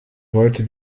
wollte